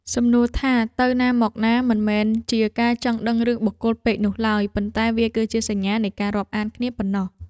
សំណួរថាទៅណាមកណា មិនមែនជាការចង់ដឹងរឿងបុគ្គលពេកនោះឡើយ ប៉ុន្តែវាគឺជាសញ្ញានៃការរាប់អានគ្នាប៉ុណ្ណោះ។